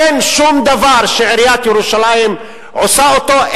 אין שום דבר שעיריית ירושלים עושה אותו,